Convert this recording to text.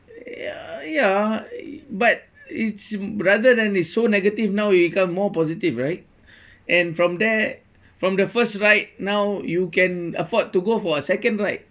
ya ya but it's rather than it's so negative now it become more positive right and from there from the first ride now you can afford to go for a second ride